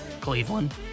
Cleveland